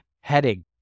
heading